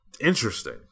interesting